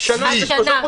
עד שנה.